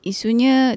Isunya